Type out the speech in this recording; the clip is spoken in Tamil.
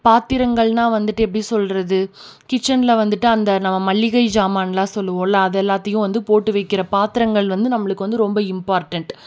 பாத்திரங்கள்னால் வந்துட்டு எப்படி சொல்வது கிச்சன்ல வந்துட்டு அந்த நம்ம மளிகை சாமான்லான் சொல்லுவோம்ல அதை எல்லாத்தையும் வந்து போட்டு வைக்கிற பாத்திரங்கள் வந்து நம்மளுக்கு வந்து ரொம்ப இம்ப்பார்ட்டண்ட்